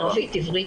תודה רבה.